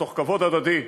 תוך כבוד הדדי,